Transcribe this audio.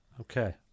Okay